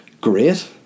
great